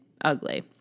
ugly